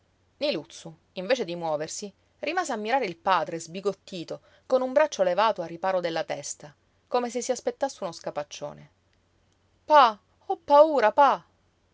niluzzu invece di muoversi rimase a mirare il padre sbigottito con un braccio levato a riparo della testa come se si aspettasse uno scapaccione pa ho paura pa